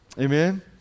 Amen